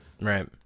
Right